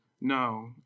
No